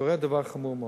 קורה דבר חמור מאוד,